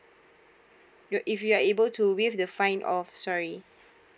if you are able to waive the fine off sorry